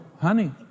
honey